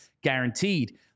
guaranteed